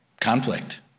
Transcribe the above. conflict